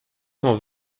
cent